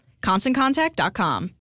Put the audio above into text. ConstantContact.com